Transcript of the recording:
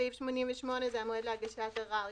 סעיף 88 זה המועד להגשת ערר.